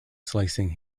slicing